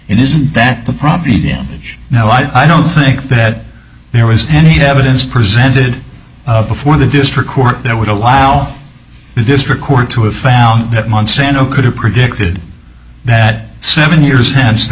isn't that the property damage now i don't think that there was any evidence presented before the district court that would allow the district court to have found that monsanto could have predicted that seven years h